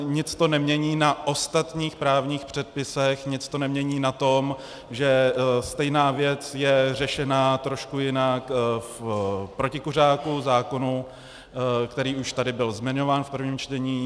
Nic to nemění na ostatních právních předpisech, nic to nemění na tom, že stejná věc je řešena trošku jinak v protikuřáku, zákonu, který už tady byl zmiňován v prvním čtení.